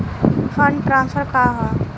Fund transfer का हव?